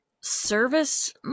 service